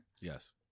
Yes